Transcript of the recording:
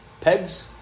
pegs